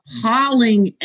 appalling